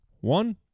one